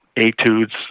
etudes